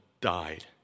died